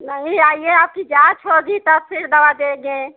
नहीं आईए आपकी जाँच होगी तब फिर दवा देंगे